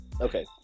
Okay